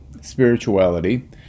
spirituality